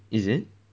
is it